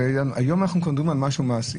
היום אנחנו כבר מדברים על משהו מעשי.